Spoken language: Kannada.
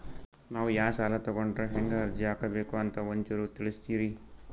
ನಾವು ಯಾ ಸಾಲ ತೊಗೊಂಡ್ರ ಹೆಂಗ ಅರ್ಜಿ ಹಾಕಬೇಕು ಅಂತ ಒಂಚೂರು ತಿಳಿಸ್ತೀರಿ?